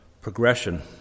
progression